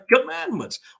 commandments